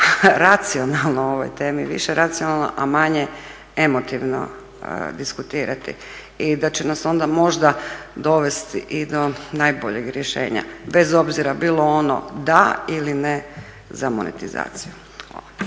racionalno o ovoj temi, više racionalno, a manje emotivno diskutirati. I da će nas onda možda dovesti i do najboljeg rješenja bez obzira bilo ono da ili ne za monetizaciju.